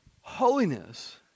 Holiness